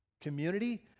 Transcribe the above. community